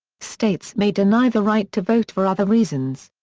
states may deny the right to vote for other reasons.